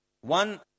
One